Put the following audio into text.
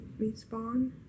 respawn